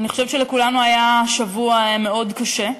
אני חושבת שלכולנו היה שבוע מאוד קשה.